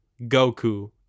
Goku